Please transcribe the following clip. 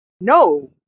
no